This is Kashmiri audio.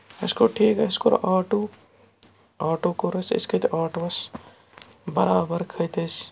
اَسہِ کوٚر ٹھیٖک اَسہِ کوٚر آٹوٗ آٹوٗ کوٚر اَسہِ أسۍ کھٔتۍ آٹووَس برابر کھٔتۍ أسۍ